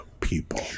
people